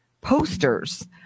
posters